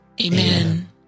Amen